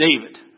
David